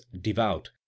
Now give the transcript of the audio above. devout